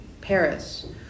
Paris